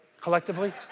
Collectively